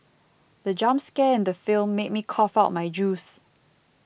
the jump scare in the film made me cough out my juice